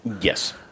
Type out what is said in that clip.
Yes